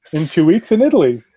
in two weeks in italy,